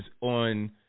on